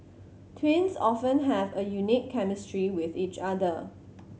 twins often have a unique chemistry with each other